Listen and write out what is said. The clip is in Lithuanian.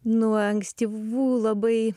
nuo ankstyvų labai